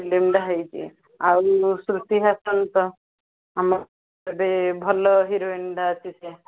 ଫିଲ୍ମଟା ହେଇଛି ଆଉ ଶ୍ରୁତି ହାସନ ତ ଆମ ଭଲ ହିରୋଇନ୍ଟା ଅଛି